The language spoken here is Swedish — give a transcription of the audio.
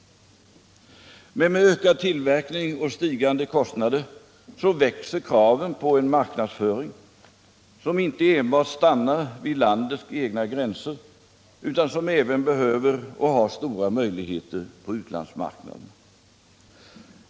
Men med ökad tillverkning och stigande kostnader växer kraven på en marknadsföring som inte enbart stannar vid landets egna gränser utan som även behöver och har stora möjligheter på utlandsmarknaden.